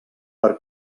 per